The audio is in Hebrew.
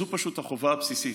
זו פשוט החובה הבסיסית,